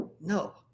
no